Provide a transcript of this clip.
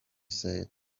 said